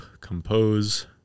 compose